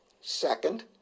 Second